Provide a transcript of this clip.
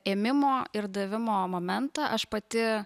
ėmimo ir davimo momentą aš pati